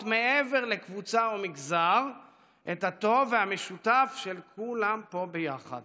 מעבר לקבוצה או מגזר את הטוב והמשותף של כולם פה ביחד